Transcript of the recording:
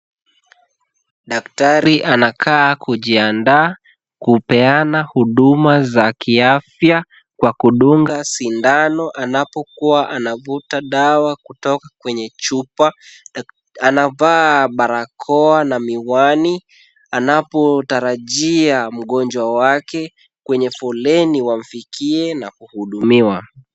Daktari anakaa kujiandaa kupeana huduma za kiafya, kwa kudunga sindano anapokuwa anavuta dawa kutoka kwenye chupa. Anavaa barakoa na miwani, anapotarajia mgonjwa wake kwenye foleni wamfikie na kuhudumiwa.